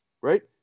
Right